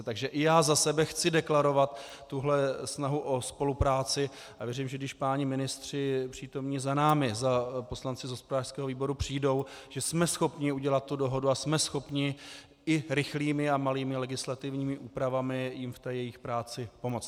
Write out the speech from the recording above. Takže i já za sebe chci deklarovat tuhle snahu o spolupráci a věřím, že když páni ministři přítomní za námi, za poslanci z hospodářského výboru, přijdou, jsme schopni udělat tu dohodu a jsme schopni i rychlými a malými legislativními úpravami jim v té jejich práci pomoct.